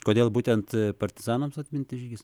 kodėl būtent partizanams atminti žygis